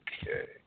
Okay